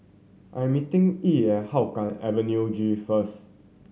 I am meeting Yee at Hougang Avenue G first